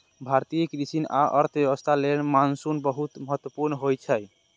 भारतीय कृषि आ अर्थव्यवस्था लेल मानसून बहुत महत्वपूर्ण होइ छै